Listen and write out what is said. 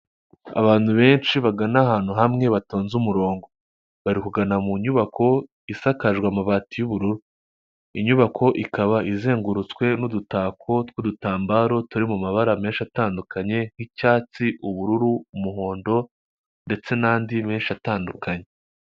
Abantu benshi bagana ahantu hamwe batonze umurongo. Bari kugana mu nyubako isakaje amabati y'ubururu. Inyubako ikaba izengurutswe n'udutako tw'udutambaro turi mu mumabara menshi atandukanye, nk'icyatsi, ubururu, umuhondo, ndetse n'andi menshi atandukanye.